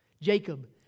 Jacob